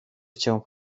chciał